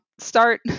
start